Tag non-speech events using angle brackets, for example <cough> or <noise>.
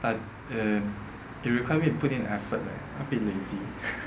but eh it require me to put in effort leh a bit lazy <laughs>